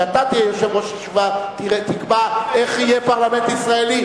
כשאתה תהיה יושב-ראש ישיבה תקבע איך יהיה פרלמנט ישראלי,